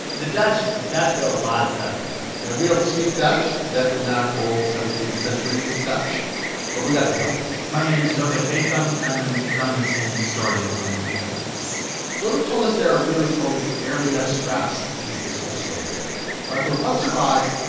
and the dutch the dutch wrote a lot of stuff down now, we don't speak dutch definitely not old seventeenth century dutch but we got some help my name is ludwijk petram. i'm an economist and historian from the netherlands ludwijk told us there are really only barely enough scraps to piece this whole story together. but from what survives,